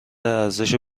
ارزش